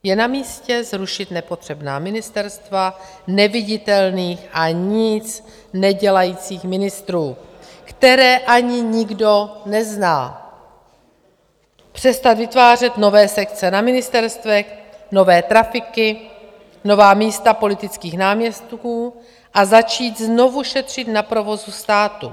Je namístě zrušit nepotřebná ministerstva neviditelných a nic nedělajících ministrů, které ani nikdo nezná, přestat vytvářet nové sekce na ministerstvech, nové trafiky, nová místa politických náměstků a začít znovu šetřit na provozu státu.